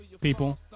People